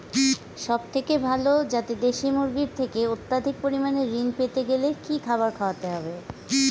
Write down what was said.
সবথেকে ভালো যাতে দেশি মুরগির থেকে অত্যাধিক পরিমাণে ঋণ পেতে গেলে কি খাবার খাওয়াতে হবে?